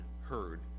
heard